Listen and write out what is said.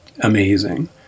amazing